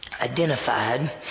identified